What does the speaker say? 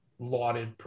Lauded